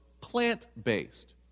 plant-based